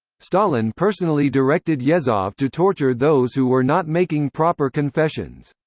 stalin personally directed yezhov to torture those who were not making proper confessions.